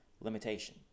limitation